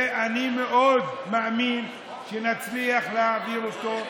ואני מאוד מאמין שנצליח להעביר אותו.